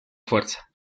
fuerza